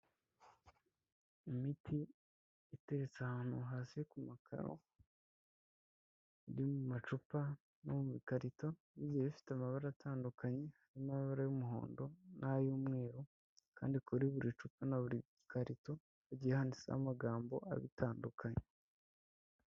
Imiti iteretse ahantu hasi ku makaro iri mu macupa no mu bikarito bigiye bifite amabara atandukanye, harimo amabara y'umuhondo n'ay'umweru, kandi kuri buri cupa na buri gikarito hagiye handitseho amagambo abitandukanya.